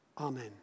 Amen